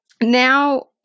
now